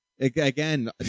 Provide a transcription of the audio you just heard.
Again